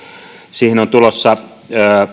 siihen on tulossa